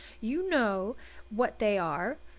you know what they are,